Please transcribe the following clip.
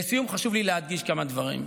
לסיום, חשוב לי להדגיש כמה דברים.